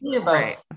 Right